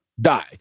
die